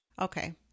Okay